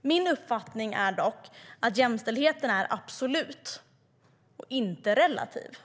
Min uppfattning är dock att jämställdheten är absolut och inte relativ.